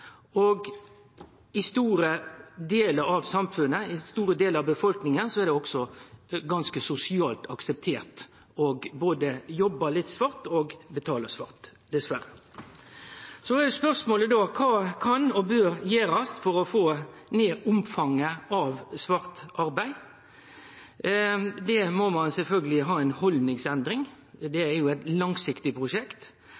og i store delar av samfunnet og befolkninga er det også ganske sosialt akseptert både å jobbe litt svart og betale litt svart, dessverre. Så er spørsmålet: Kva kan og bør gjerast for å få ned omfanget av svart arbeid? Ein må sjølvsagt ha ei haldningsendring. Det er eit langsiktig prosjekt. Det same er det ein